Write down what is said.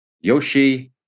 Yoshi